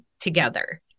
Together